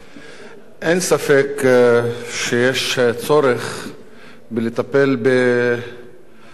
אין ספק שיש צורך לטפל בגורמים